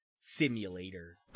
Simulator